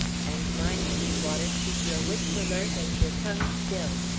and mind, sweetwater, keep your wits alert and your tongue still.